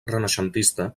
renaixentista